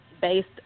based